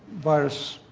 virus,